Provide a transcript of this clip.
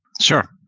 Sure